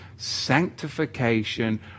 sanctification